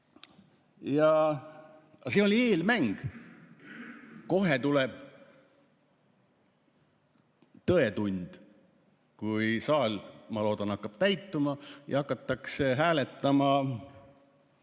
Aga see oli eelmäng. Kohe tuleb tõetund, kui saal, ma loodan, hakkab täituma ja hakatakse hääletama